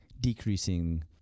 decreasing